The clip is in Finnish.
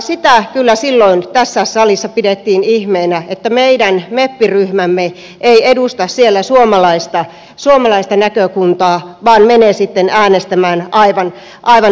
sitä kyllä silloin tässä salissa pidettiin ihmeenä että meidän meppiryhmämme ei edusta siellä suomalaista näkökantaa vaan menee sitten äänestämään aivan eri tavalla